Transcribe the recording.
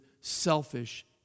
selfish